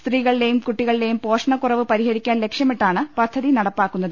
സ്ത്രീകളിലെയും കുട്ടികളിലെയും പോഷണക്കുറവ് പരിഹരി ക്കാൻ ലക്ഷ്യമിട്ടാണ് പദ്ധതി നടപ്പാക്കുന്നത്